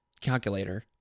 calculator